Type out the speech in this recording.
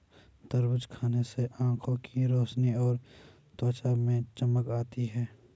तरबूज खाने से आंखों की रोशनी और त्वचा में चमक आती है